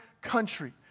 country